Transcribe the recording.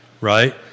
right